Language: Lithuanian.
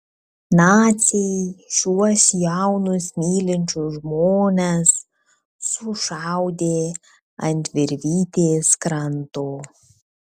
naciai šiuos jaunus mylinčius žmones sušaudė ant virvytės kranto